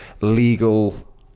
legal